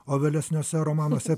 o vėlesniuose romanuose